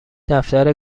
دفتر